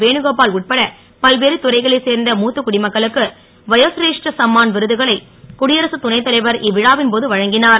வேணுகோபால் உட்பட பல்வேறு துறைகளைச் சேர்ந்த மூத்த குடிமக்களுக்கு வயோஸ்ரே ட சம்மான் விருதுகளை குடியரசுத் துணைத்தலைவர் இ விழாவின்போது வழங்கினர்